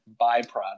byproduct